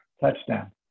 Touchdown